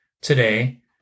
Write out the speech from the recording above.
Today